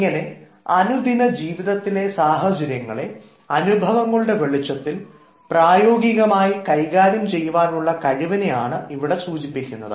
ഇങ്ങനെ അനുദിന ജീവിതത്തിലെ സാഹചര്യങ്ങളെ അനുഭവങ്ങളുടെ വെളിച്ചത്തിൽ പ്രായോഗികമായി കൈകാര്യം ചെയ്യുവാനുള്ള കഴിവിനെയാണ് ഇവിടെ സൂചിപ്പിക്കുന്നത്